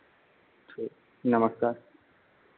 ठीक नमस्कार